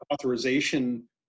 authorization